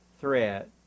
threat